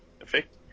effect